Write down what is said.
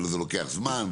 לפעמים זה לוקח זמן,